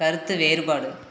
கருத்து வேறுபாடு